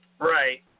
right